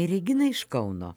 regina iš kauno